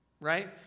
right